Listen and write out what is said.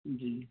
جی